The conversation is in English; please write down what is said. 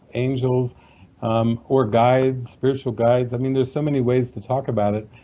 angels or guides spiritual guides, i mean there are so many ways to talk about it.